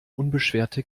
unbeschwerte